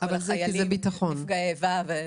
--- אני מדבר על הרעיון.